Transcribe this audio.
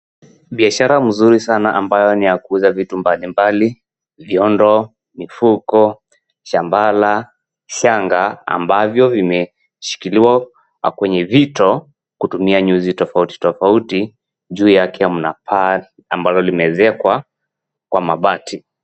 Biashara mzuri sana ambayo ni ya kuuza vitu mbalimbali, vyondo, mifuko, shambala, shanga ambavyo vimeshikiliwa kwenye vito kutumia nyuzi tofauti tofauti. Juu yake mna paa ambalo limeezekwa kwa mabati.